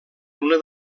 una